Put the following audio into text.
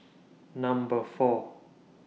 Number four